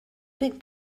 big